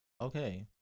okay